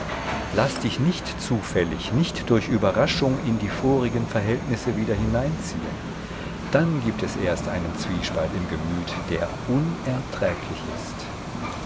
laß dich nicht zufällig nicht durch überraschung in die vorigen verhältnisse wieder hineinziehen dann gibt es erst einen zwiespalt im gemüt der unerträglich ist